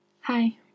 Hi